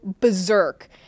berserk